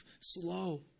slow